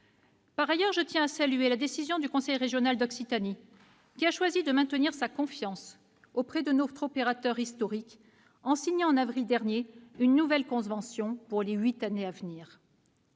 Par ailleurs, je tiens à saluer la décision du conseil régional d'Occitanie de maintenir sa confiance à notre opérateur historique en signant, en avril dernier, une nouvelle convention pour les huit années à venir.